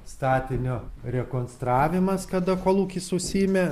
statinio rekonstravimas kada kolūkis susiėmė